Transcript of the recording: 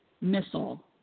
missile